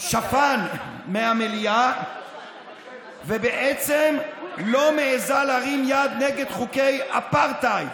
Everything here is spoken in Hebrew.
כשפן מהמליאה ובעצם לא מעיזה להרים יד נגד חוקי אפרטהייד.